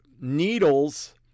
Needles